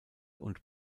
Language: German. und